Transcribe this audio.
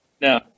No